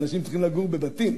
אנשים צריכים לגור בבתים.